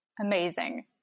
Amazing